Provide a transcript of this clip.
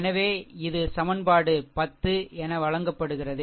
எனவே இது சமன்பாடு 10 என வழங்கப்படுகிறது